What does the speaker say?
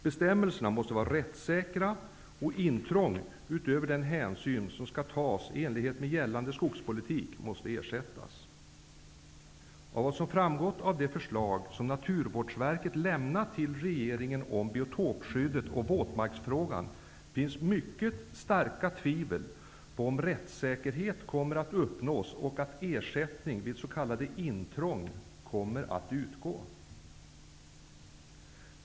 Bestämmelserna måste vara rättssäkra, och intrång, utöver den hänsyn som skall tas i enlighet med gällande skogspolitik, måste ersättas. Av vad som framgått av det förslag som Naturvårdsverket lämnat till regeringen om biotopskyddet och våtmarksfrågan finns mycket starka tvivel om huruvida rättssäkerhet kommer att uppnås och huruvida ersättning kommer att utgå vid s.k. intrång.